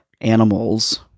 animals